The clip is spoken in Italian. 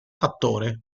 attore